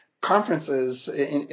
conferences